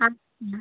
আচ্ছা